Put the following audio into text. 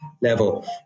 level